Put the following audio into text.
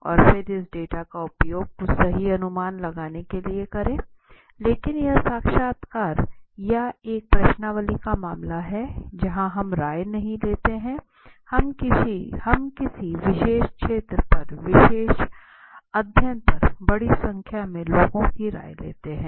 और फिर इस डेटा का उपयोग कुछ सही अनुमान लगाने के लिए करें लेकिन यह साक्षात्कार या एक प्रश्नावली का मामला है जहां हम राय नहीं लेते हैं हम किसी विशेष क्षेत्र पर विशेष अध्ययन पर बड़ी संख्या में लोगों की राय लेते हैं